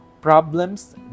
problems